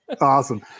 Awesome